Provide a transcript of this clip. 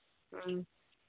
ꯎꯝ